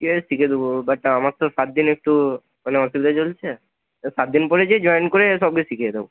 সে শিখে দেবো বাট আমার তো সাতদিন একটু মানে অসুবিধা চলছে তো সাতদিন পরে যেয়ে জয়েন করে সবকে শিখিয়ে দেবো